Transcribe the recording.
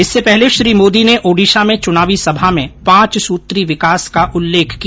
इससे पहले श्री मोदी ने ओडिसा में चुनावी सभा में पांच सूत्री विकास का उल्लेख किया